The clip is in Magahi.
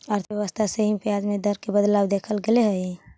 अर्थव्यवस्था से भी ब्याज दर में बदलाव देखल गेले हइ